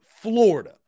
Florida